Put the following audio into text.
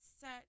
set